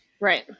Right